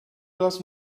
das